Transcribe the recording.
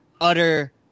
utter